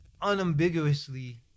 unambiguously